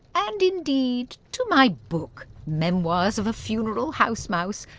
and indeed to my book memoirs of a funeral house mouse,